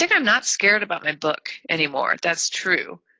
like i'm not scared about my book anymore. that's true.